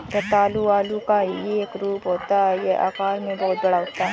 रतालू आलू का ही एक रूप होता है यह आकार में बहुत बड़ा होता है